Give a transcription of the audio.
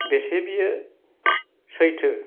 बेसे बियो सैथो